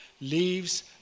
leaves